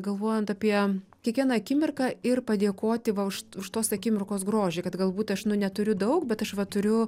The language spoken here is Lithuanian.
galvojant apie kiekvieną akimirką ir padėkoti va už už tos akimirkos grožį kad galbūt aš nu neturiu daug bet aš turiu